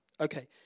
Okay